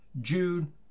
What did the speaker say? June